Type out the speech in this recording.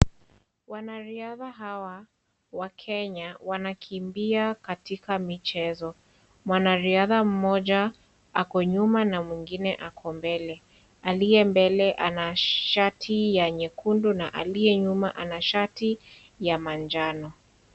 Wanariadha hawa wa Kenya wanakimbia katika michezo. Mwanariadha mmoja ako nyuma na mwingine ako mbele. Aliye mbele ana shati ya nyekundu na aliye nyuma ana shati ya manjano.